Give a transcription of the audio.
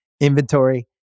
inventory